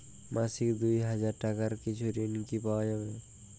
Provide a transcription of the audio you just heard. মাসিক দুই হাজার টাকার কিছু ঋণ কি পাওয়া যাবে?